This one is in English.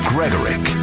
Gregorick